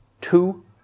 two